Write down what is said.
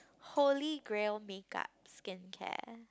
holy grail makeup skincare